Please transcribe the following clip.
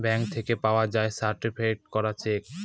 bank থেকে পাওয়া যায় সার্টিফায়েড করা চেক